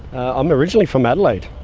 i'm originally from adelaide,